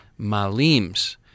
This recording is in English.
Malims